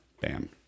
Bam